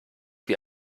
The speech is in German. wie